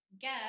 guess